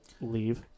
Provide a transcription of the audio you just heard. leave